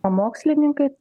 o mokslininkai